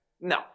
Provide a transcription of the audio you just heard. No